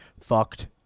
fucked